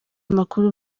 makuru